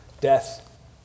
death